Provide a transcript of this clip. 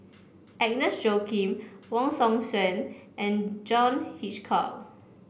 Agnes Joaquim Wong Hong Suen and John Hitchcock